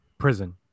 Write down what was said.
prison